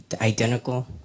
identical